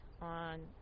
on